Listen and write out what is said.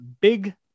Big